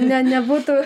ne nebūtų